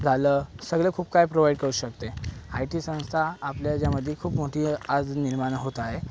झालं सगळं खूप काही प्रोवाइड करू शकते आयटी संस्था आपल्या याच्यामध्ये खूप मोठी आज निर्माण होत आहे